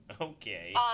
Okay